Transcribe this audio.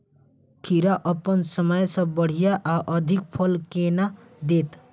खीरा अप्पन समय सँ बढ़िया आ अधिक फल केना देत?